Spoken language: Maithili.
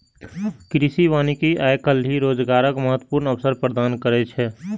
कृषि वानिकी आइ काल्हि रोजगारक महत्वपूर्ण अवसर प्रदान करै छै